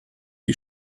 die